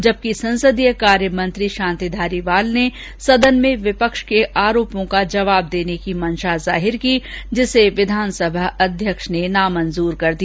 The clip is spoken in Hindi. जबकि संसदीय कार्य मंत्री शांति धारीवाल ने सदन में विपक्ष के आरोपों का जवाब देने की मंषा जाहिर की जिसे विधानसभा अध्यक्ष ने अस्वीकार कर दिया